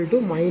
01112012